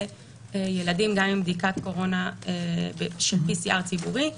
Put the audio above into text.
לילדים גם עם בדיקת קורונה של PCR ציבורי.